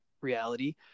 reality